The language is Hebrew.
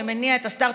חברי הכנסת,